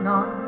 on